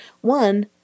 One